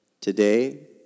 Today